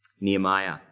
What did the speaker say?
Nehemiah